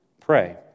pray